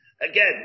Again